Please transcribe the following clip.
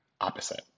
opposite